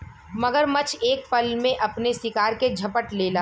मगरमच्छ एक पल में अपने शिकार के झपट लेला